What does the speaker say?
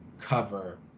cover